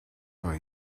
for